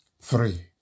Three